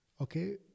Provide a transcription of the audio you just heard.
okay